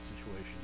situation